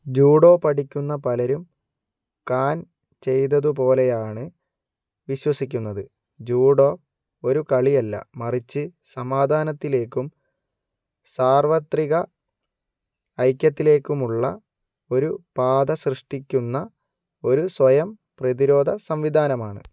judo പഠിക്കുന്ന പലരും കാൻ ചെയ്തതുപോലെയാണ് വിശ്വസിക്കുന്നത് ജൂഡോ ഒരു കളിയല്ല മറിച്ച് സമാധാനത്തിലേക്കും സാർവത്രിക ഐക്യത്തിലേക്കുമുള്ള ഒരു പാത സൃഷ്ടിക്കുന്ന ഒരു സ്വയംപ്രതിരോധ സംവിധാനമാണ്